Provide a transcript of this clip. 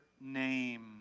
name